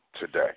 today